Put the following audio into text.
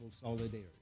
solidarity